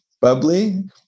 bubbly